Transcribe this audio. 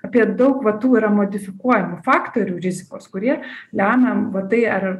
apie daug va tų yra modifikuojamų faktorių rizikos kurie lemia va tai ar